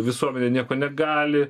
visuomenė nieko negali